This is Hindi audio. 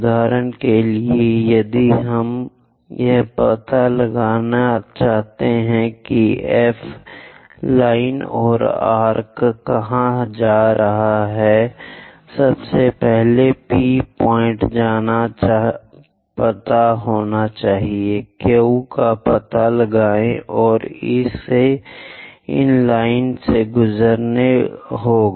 उदाहरण के लिए यदि हम यह पता लगाना चाहते हैं कि यह F लाइन या आर्क कहां जा रहा है सबसे पहले P पॉइंट जाना जाता है Q का पता लगाएं और इसे इन लाइनों से गुजरना होगा